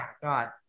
God